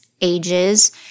ages